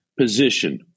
position